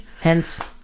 hence